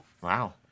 Wow